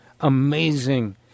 amazing